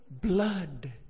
blood